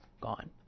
gone